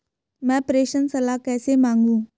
मैं प्रेषण सलाह कैसे मांगूं?